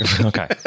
Okay